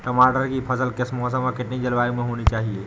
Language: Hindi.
टमाटर की फसल किस मौसम व कितनी जलवायु में होनी चाहिए?